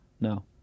No